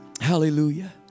Hallelujah